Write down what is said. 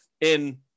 in-